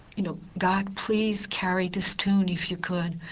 you know, god, please carry this tune, if you could,